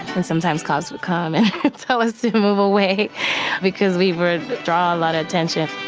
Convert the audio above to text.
and sometimes cops would come and tell us to move away because we would draw a lot of attention